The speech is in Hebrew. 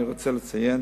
אני רוצה לציין